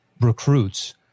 recruits